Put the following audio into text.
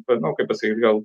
nu kaip pasakyt gal